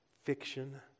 fiction